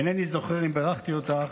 אינני זוכר אם בירכתי אותך,